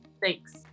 Thanks